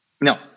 No